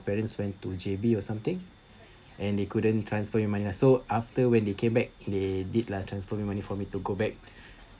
parents went to J_B or something and they couldn't transfer money lah so after when they came back they did lah transfer me money for me to go back